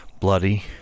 bloody